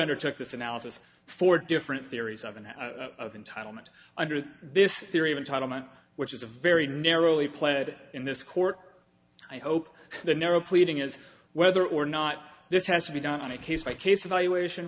this analysis four different theories of an entitlement under this theory of entitlement which is a very narrowly planted in this court i hope the narrow pleading is whether or not this has to be done on a case by case evaluation